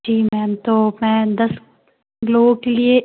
जी ma'am तो मैं दस लोगों के लिए